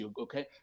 okay